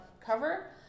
cover